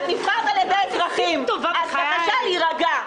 את נבחרת על ידי האזרחים, אז בבקשה להירגע.